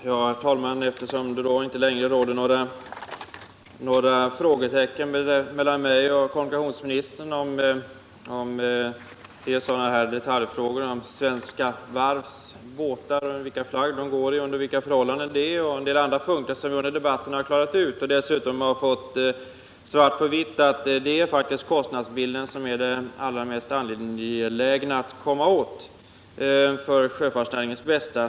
Herr talman! Det finns inte längre några frågetecken mellan mig och kommunikationsministern i sådana detaljspörsmål som vilken flagg Svenska Varvs båtar går under och en del andra förhållanden. Det är punkter som vi klarat ut under debatten, och jag har dessutom fått svart på vitt på att kostnadsbilden faktiskt är det allra mest angelägna att komma åt när det gäller sjöfartsnäringens bästa.